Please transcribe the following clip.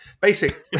Basic